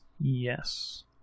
yes